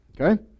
okay